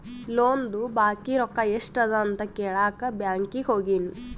ಲೋನ್ದು ಬಾಕಿ ರೊಕ್ಕಾ ಎಸ್ಟ್ ಅದ ಅಂತ ಕೆಳಾಕ್ ಬ್ಯಾಂಕೀಗಿ ಹೋಗಿನಿ